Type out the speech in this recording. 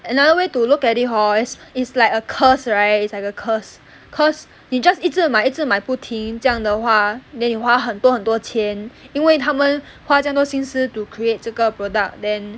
another way to look at it hor is like a curse right it's like a curse cause 你 just 一直买一直买不停这样的话 then 你花很多很多钱因为他们花这样多心思 to create 这个 product then